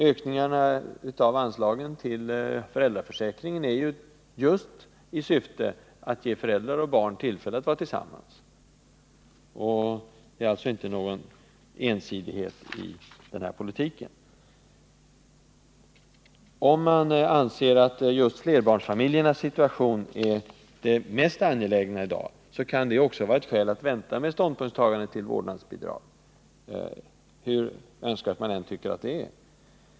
Ökningarna av anslagen till föräldraförsäkringen föreslås just i syfte att ge föräldrar och barn tillfälle att vara tillsammans. Det är alltså inte fråga om någon ensidighet i politiken på detta område. Om man anser att flerbarnsfamiljernas situation är det mest angelägna i dag, kan det också vara ett skäl att vänta med ståndpunktstagandena till vårdnadsbidrag, hur önskvärda man än tycker att de är.